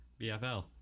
BFL